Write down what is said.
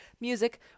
music